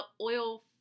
oil